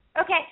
Okay